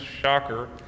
shocker